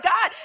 God